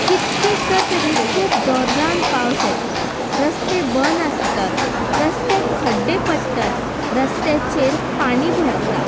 कितकेकदां तरी खूब जोरान पावस येता रस्ते बंद आसतात रस्त्याक खड्डे पडटात रस्त्याचेर पाणी भरता